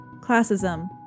classism